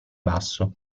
basso